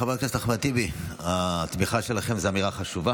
חבר הכנסת אחמד טיבי, התמיכה שלכם היא אמירה חשובה